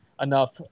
enough